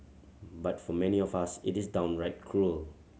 but for many of us it is downright cruel